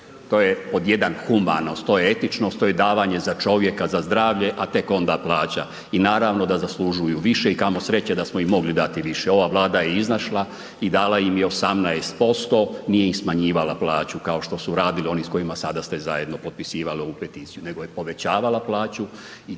to je pod jedan humanost, to je etičnost, to je davanje za čovjeka za zdravlje, a tek onda plaća. I naravno da zaslužuju više i kamo sreće da smo im mogli dati više. Ova Vlada je izašla i dala im je 18% nije im smanjivala plaću kao što su radili oni s kojima sada ste zajedno potpisivali ovu peticiju, nego je povećavala plaću